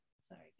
Sorry